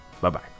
Bye-bye